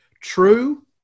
True